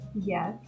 Yes